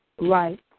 Right